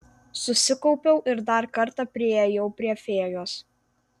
susikaupiau ir dar kartą priėjau prie fėjos